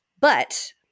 But-